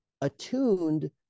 attuned